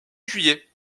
juillet